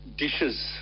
dishes